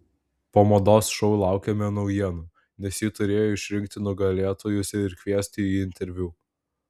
po mados šou laukėme naujienų nes ji turėjo išrinkti nugalėtojus ir kviesti į interviu